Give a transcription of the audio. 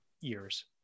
years